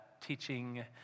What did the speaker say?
teaching